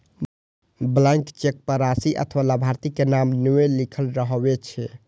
blank cheque पर राशि अथवा लाभार्थी के नाम नै लिखल रहै छै